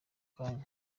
kanya